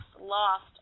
lost